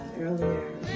earlier